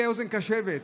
לא נהיה אוזן קשבת?